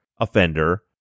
offender